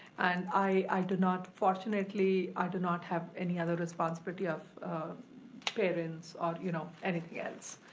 and i do not, fortunately i do not have any other responsibility of parents or you know anything else.